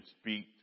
speak